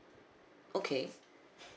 okay